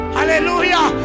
Hallelujah